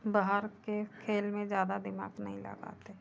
बाहर के खेल में ज़्यादा दिमाग़ नहीं लगाते